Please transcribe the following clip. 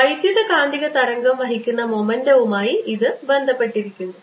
വൈദ്യുതകാന്തിക തരംഗം വഹിക്കുന്ന മൊമെൻ്റവുമായി ഇത് ബന്ധപ്പെട്ടിരിക്കുന്നു